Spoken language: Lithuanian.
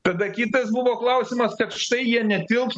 tada kitas buvo klausimas kad štai jie netilps